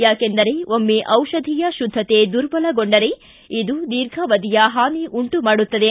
ಯಾಕೆಂದರೆ ಒಮ್ಮೆ ಜಿಷಧಿಯ ಶುದ್ದತೆ ದುರ್ಬಲಗೊಂಡರೆ ಇದು ದೀರ್ಘಾವಧಿಯ ಹಾನಿ ಉಂಟು ಮಾಡುತ್ತದೆ